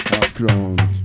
Background